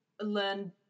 learn